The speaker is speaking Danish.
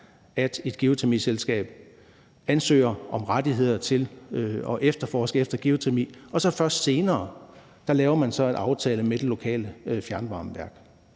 at et geotermiselskab ansøger om rettigheder til at efterforske i geotermi, og at man så først senere laver en aftale med det lokale fjernvarmeværk.